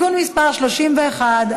(תיקון מס' 31),